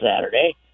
Saturday